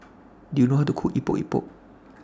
Do YOU know How to Cook Epok Epok